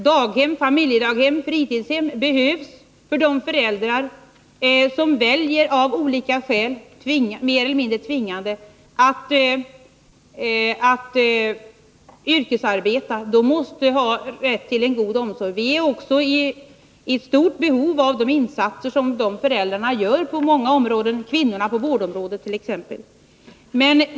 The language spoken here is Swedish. Daghem, familjedaghem och fritidshem behövs för barnen till de föräldrar som, av olika skäl, väljer att yrkesarbeta. De måste ha rätt till en god omsorg. Vi har också ett stort behov av de insatser föräldrarna gör på många områden — kvinnorna inom vårdområdet t.ex.